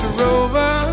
rover